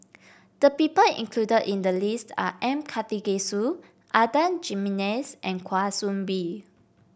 the people included in the list are M Karthigesu Adan Jimenez and Kwa Soon Bee